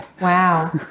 Wow